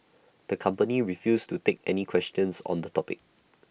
the company refused to take any questions on the topic